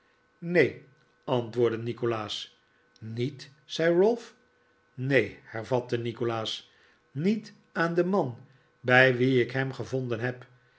neen antwoordde nikolaas niet zei ralph neen hervatte nikolaas niet aan den man bij wien ik hem gevonden heb